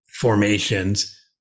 formations